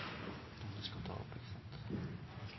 dette ta opp